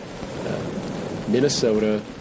Minnesota